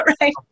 right